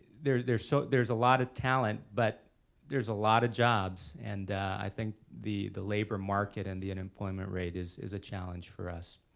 there's there's so there's a lot of talent but there's a lot of jobs and i think the the labor market and the unemployment rate is is a challenge for us.